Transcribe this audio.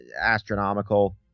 Astronomical